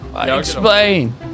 Explain